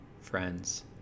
friends